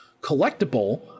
collectible